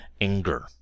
anger